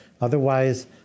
Otherwise